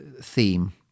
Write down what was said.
theme